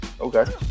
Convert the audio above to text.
Okay